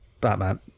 Batman